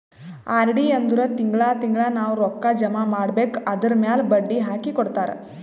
RD ಅಂದುರ್ ತಿಂಗಳಾ ತಿಂಗಳಾ ನಾವ್ ರೊಕ್ಕಾ ಜಮಾ ಮಾಡ್ಬೇಕ್ ಅದುರ್ಮ್ಯಾಲ್ ಬಡ್ಡಿ ಹಾಕಿ ಕೊಡ್ತಾರ್